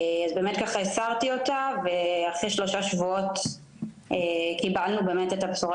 הסרתי אותה ואחרי כשלושה שבועות קיבלנו את הבשורה